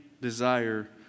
desire